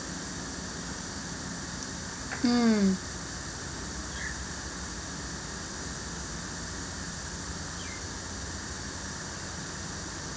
mm